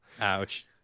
Ouch